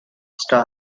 star